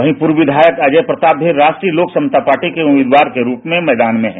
वहीं पूर्व विधायक अजय प्रताप भी राष्ट्रीय लोक समता पार्टी के उम्मीदवार के रुप में मैदान में हैं